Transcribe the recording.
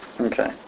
Okay